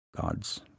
God's